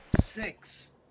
six